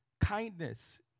kindness